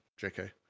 JK